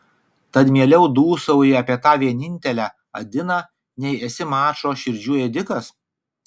tad mieliau dūsauji apie tą vienintelę adiną nei esi mačo širdžių ėdikas